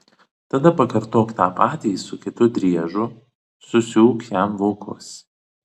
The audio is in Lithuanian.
tada pakartok tą patį su kitu driežu susiūk jam vokus